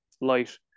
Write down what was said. light